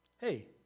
hey